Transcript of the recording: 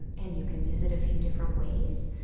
and and you can use it a few different ways.